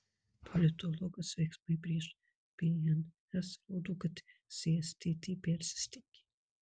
politologas veiksmai prieš bns rodo kad stt persistengė